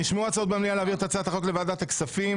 נשמעו הצעות במליאה להעביר את הצעת החוק לוועדת הכספים.